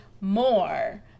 more